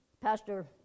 Pastor